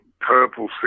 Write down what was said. purple